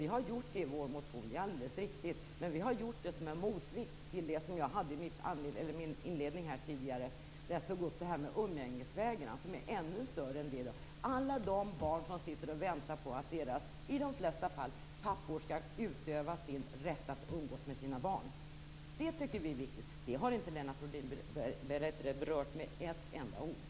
Vi har det i vår motion, det är alldeles riktigt. Vi har gjort det som en motvikt till det som jag tog upp i min inledning tidigare, nämligen umgängesvägran. Det är en ännu större fråga. Alla de barn som väntar på att deras, i de allra flesta fall pappor skall utöva sin rätt att umgås med sina barn tycker vi är viktiga. Det har inte Lennart Rohdin berört med ett enda ord.